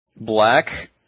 black